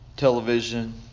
television